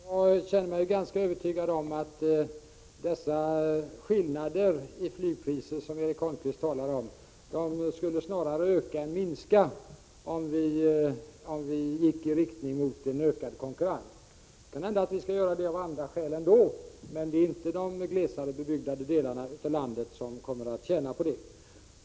Herr talman! Jag känner mig ganska övertygad om att de skillnader i flygpriser som Erik Holmkvist talar om snarare skulle öka än minska om vi gick i riktning mot ökad konkurrens. Det kan hända att vi skall göra det ändå, av andra skäl, men det är inte de glesare bebyggda delarna av landet som kommer att tjäna på det.